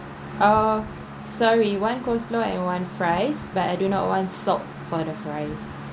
uh sorry one coleslaw and one fries but I do not one salt for the fries